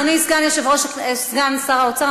אדוני סגן שר האוצר,